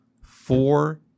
four